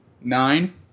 nine